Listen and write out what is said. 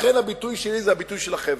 לכן הביטוי שלי זה הביטוי של החבר'ה.